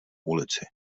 ulici